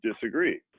disagree